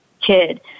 kid